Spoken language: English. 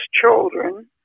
children